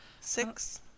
Six